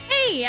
Hey